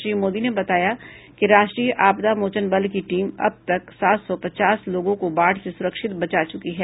श्री मोदी ने बताया कि राष्ट्रीय आपदा मोचन बल की टीम अबतक सात सौ पचास लोगों को बाढ़ से सुरक्षित बचा चुकी है